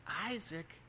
Isaac